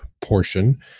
portion